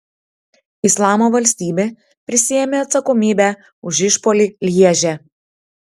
islamo valstybė prisiėmė atsakomybę už išpuolį lježe